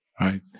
right